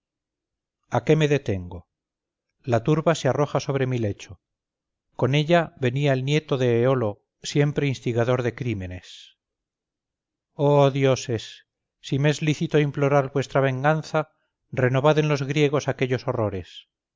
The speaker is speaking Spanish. a qué me detengo la turba se arroja sobre mi lecho con ella venía el nieto de eolo siempre instigador de crímenes oh dioses si me es lícito implorar vuestra venganza renovad en los griegos aquellos horrores